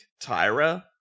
Tyra